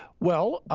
well,